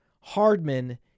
Hardman